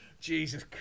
Jesus